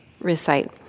recite